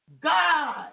God